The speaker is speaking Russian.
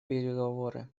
переговоры